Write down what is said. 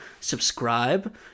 subscribe